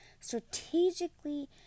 strategically